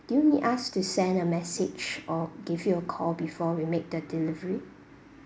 do you need us to send a message or give you a call before we make the delivery